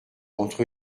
entre